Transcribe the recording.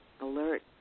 alert